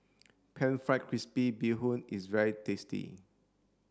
pan fried crispy bee hoon is very tasty